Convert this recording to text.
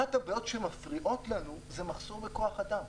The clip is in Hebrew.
אחת הבעיות שמפריעות לנו זה מחסור בכוח אדם.